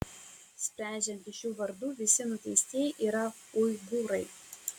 sprendžiant iš jų vardų visi nuteistieji yra uigūrai